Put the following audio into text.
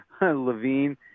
Levine